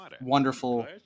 wonderful